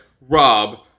Rob